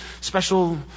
special